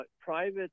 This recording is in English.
private